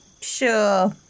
Sure